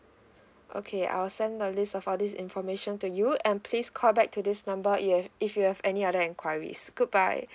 okay I'll send a list of all these information to you and please call back to this number if you have any other enquiries goodbye